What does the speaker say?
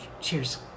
Cheers